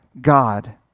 God